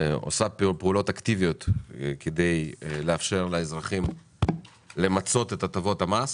עושה פעולות אקטיביות כדי לאפשר לאזרחים למצות את הטבות המס.